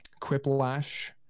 quiplash